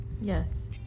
Yes